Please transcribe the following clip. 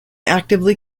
actively